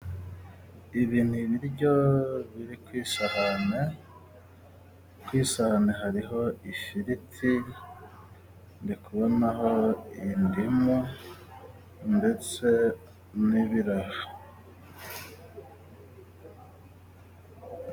Ibi ni ibiryo biri ku isahane. Ku isahane hariho ifiriti, ndi kubonaho ibindi ndetse n'ibiraha